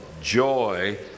joy